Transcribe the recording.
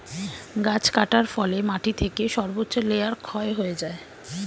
গাছ কাটার ফলে মাটি থেকে সর্বোচ্চ লেয়ার ক্ষয় হয়ে যায়